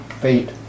fate